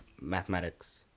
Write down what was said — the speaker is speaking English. Mathematics